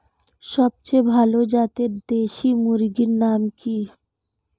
সবচেয়ে ভালো জাতের দেশি মুরগির নাম কি?